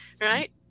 Right